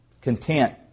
content